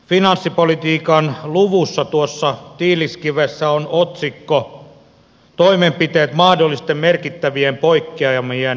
finanssipolitiikan luvussa tuossa tiiliskivessä on otsikko toimenpiteet mahdollisten merkittävien poikkeamien eliminoimiseksi